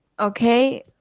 Okay